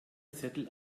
zettel